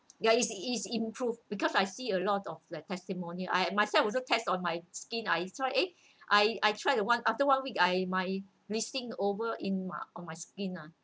ya it's improved because I see a lot of like testimony I myself also test on my skin I saw eh I I try the one after one week I my missing over in my on my skin ah